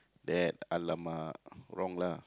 that !alamak! wrong lah